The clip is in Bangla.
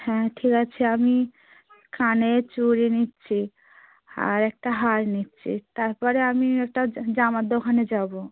হ্যাঁ ঠিক আছে আমি কানের চুড়ি নিচ্ছি আর একটা হার নিচ্ছি তারপরে আমি একটা জামার দোকানে যাবো